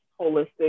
holistic